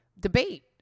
debate